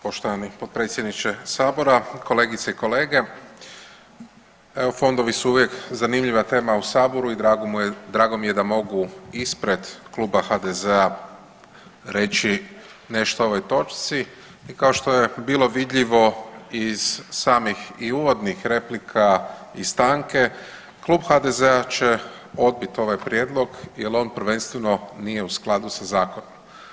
Poštovani potpredsjedniče sabora, kolegice i kolege evo fondovi su uvijek zanimljiva tema u saboru i drago mu je, drago mi je da mogu ispred Kluba HDZ-a reći nešto o ovoj točci kao što je bilo vidljivo iz samih i uvodnih replika i iz stanke Klub HDZ-a će odbit ovaj prijedlog jel on prvenstveno nije u skladu sa zakonom.